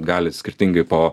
gali skirtingai po